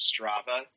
Strava